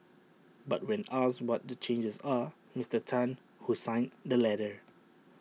but when asked what the changes are Mister Tan who signed the letter